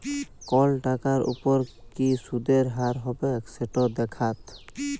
call টাকার উপর কি সুদের হার হবেক সেট দ্যাখাত